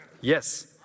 Yes